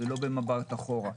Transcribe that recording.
זה לא במבט אחורה.